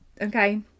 Okay